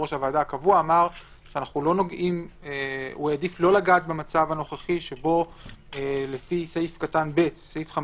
ויושב-ראש הוועדה הקבוע העדיף לא לגעת במצב הנוכחי שלפי סעיף 50ב,